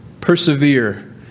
persevere